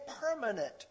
permanent